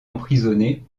emprisonnée